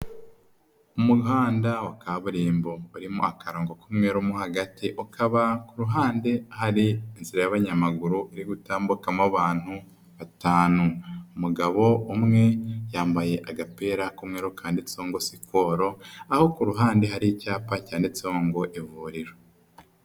Umuhanda wa kaburimbo urimo akarongo k'umweru mo hagati, ukaba ku ruhande hari inzira y'abanyamaguru irigutambukamo abantu batanu, umugabo umwe yambaye agapira k'umweru kanditseho ngo skol, aho ku ruhande hari icyapa cyanditseho ngo ivuriro.